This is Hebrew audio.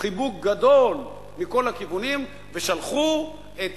חיבוק גדול מכל הכיוונים, ושלחו את